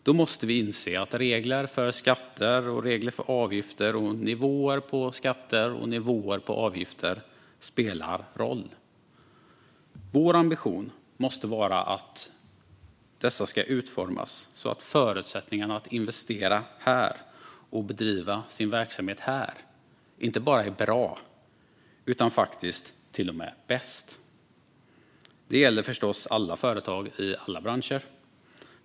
Då måste vi inse att regler för skatter och avgifter och nivåer på skatter och avgifter spelar roll. Vår ambition måste vara att dessa ska utformas så att förutsättningarna att investera här och bedriva sin verksamhet här inte bara är bra utan faktiskt till och med bäst. Det gäller förstås alla företag i alla branscher.